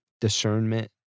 discernment